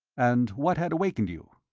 and what had awakened you?